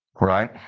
Right